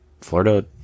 Florida